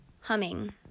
humming